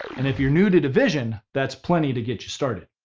and if you're new to division, that's plenty to get you started.